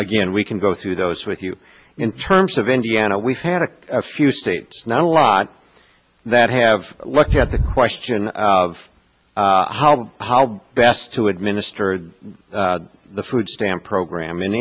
again we can go through those with you in terms of indiana we've had a few states not a lot that have looked at the question of how best to administer the food stamp program in